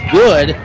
good